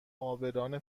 عابران